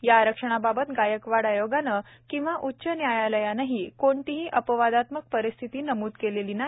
या आरक्षणाबाबत गायकवाड आयोगानं किंवा उच्च न्यायालयानंही कोणतीही अपवादात्मक परिस्थिती नमूद केलेली नाही